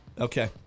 Okay